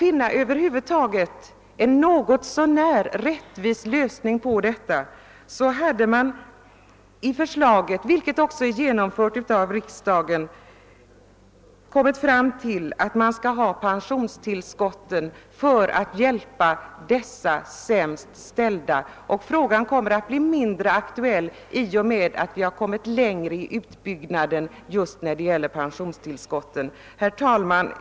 För att över huvud taget finna en något så när rättvis lösning hade man i förslaget, vilket antogs av riksdagen, kommit fram till att det borde ges pensionstillskott till de sämst ställda. Frågan kommer att bli mindre aktuell i och med att vi kommit längre med utbyggnaden av pensionstillskotten. Herr talman!